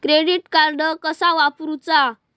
Credit card कसा वापरूचा?